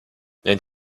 and